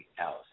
else